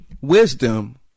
Wisdom